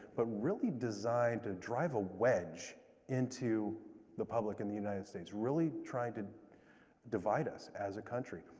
but really designed to drive a wedge into the public and the united states, really trying to divide us as a country.